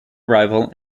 arrival